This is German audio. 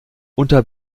unter